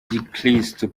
kristo